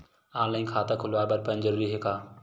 Online खाता खुलवाय बर पैन जरूरी हे का?